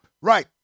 Right